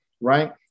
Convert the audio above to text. right